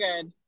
good